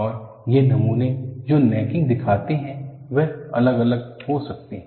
और ये नमूने जो नेकिंग दिखाते हैं वह अलग अलग हो सकते है